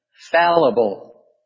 fallible